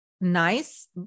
nice